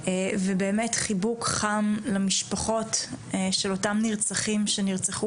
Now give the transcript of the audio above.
ובאמת חיבוק חם למשפחות של אותם נרצחים שנרצחו